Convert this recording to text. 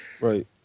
Right